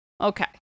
Okay